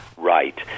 right